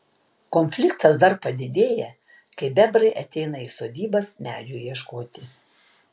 konfliktas dar padidėja kai bebrai ateina į sodybas medžių ieškoti